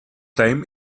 time